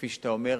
כפי שאתה אומר,